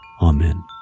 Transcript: Amen